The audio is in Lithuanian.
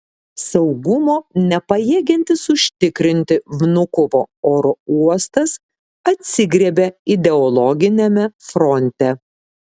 saugumo nepajėgiantis užtikrinti vnukovo oro uostas atsigriebia ideologiniame fronte